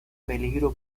peligro